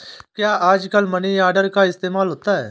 क्या आजकल money order का इस्तेमाल होता है?